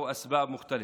יש לו סיבות שונות,